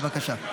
בבקשה.